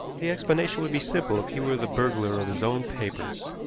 the explanation would be simple if he were the burglar of his own papers.